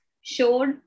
showed